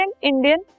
Indian